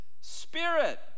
Spirit